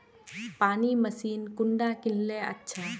पानी मशीन कुंडा किनले अच्छा?